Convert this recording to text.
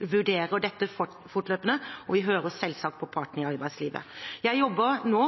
vurderer dette fortløpende, og vi hører selvsagt på partene i arbeidslivet. Jeg jobber nå